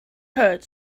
hurt